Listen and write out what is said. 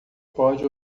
pode